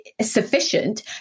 sufficient